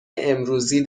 امروزی